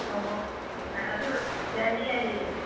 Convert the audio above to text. ꯑꯣ ꯑꯣ ꯏꯃꯥꯏ ꯑꯗꯨꯗꯣ ꯌꯥꯏꯌꯦ ꯌꯥꯏꯌꯦ